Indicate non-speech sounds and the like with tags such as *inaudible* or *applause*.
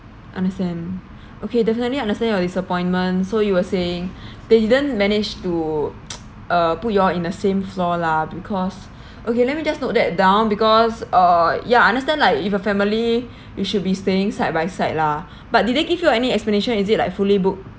understand okay definitely understand your disappointment so you were saying *breath* they didn't manage to *noise* uh put you all in the same floor lah because *breath* okay let me just note that down because uh ya understand like if a family you should be staying side by side lah but did they give you any explanation is it like fully booked